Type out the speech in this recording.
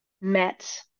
met